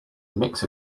mix